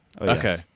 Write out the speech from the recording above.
Okay